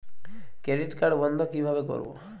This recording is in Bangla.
ক্রেডিট কার্ড বন্ধ কিভাবে করবো?